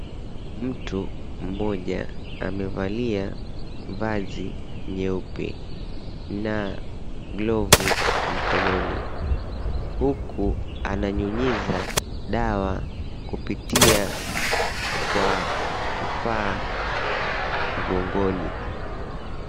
Mtu mmoja amevalia vazi nyeupe na glovu mkononi. Huku ananyunyiza dawa kupitia kwa kifaa mgongoni.